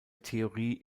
theorie